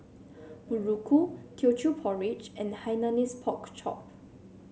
muruku Teochew Porridge and Hainanese Pork Chop